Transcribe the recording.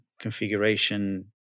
configuration